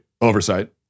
oversight